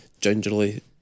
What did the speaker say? gingerly